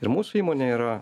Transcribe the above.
ir mūsų įmonėj yra